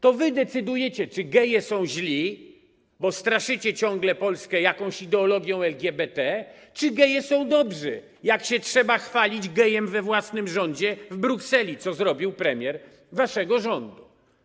To wy decydujecie, czy geje są źli, bo straszycie ciągle Polskę jakąś ideologią LGBT, czy geje są dobrzy, gdy trzeba się chwalić gejem we własnym rządzie w Brukseli, co zrobił premier waszego rządu.